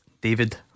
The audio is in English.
David